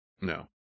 No